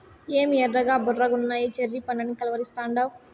ఏమి ఎర్రగా బుర్రగున్నయ్యి చెర్రీ పండ్లని కలవరిస్తాండావు